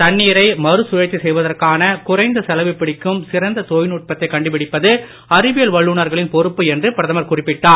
தண்ணீரை மறுசுழற்சி செய்வதற்கான குறைந்த செலவு பிடிக்கும் சிறந்த தொழில்நுட்பத்தைக் கண்டுபிடிப்பது அறிவியல் வல்லுனர்களின் பொறுப்பு என்று பிரதமர் குறிப்பிட்டார்